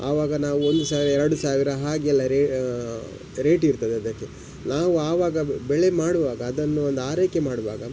ಆವಾಗ ನಾವು ಒಂದು ಸಾವಿರ ಎರಡು ಸಾವಿರ ಹಾಗೆಲ್ಲ ರೇ ರೇಟ್ ಇರ್ತದೆ ಅದಕ್ಕೆ ನಾವು ಆವಾಗ ಬೆಳೆ ಮಾಡುವಾಗ ಅದನ್ನು ಒಂದು ಆರೈಕೆ ಮಾಡುವಾಗ